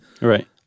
Right